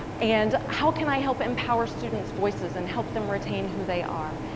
and how can i help empower student's voices and help them retain who they are.